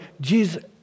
Jesus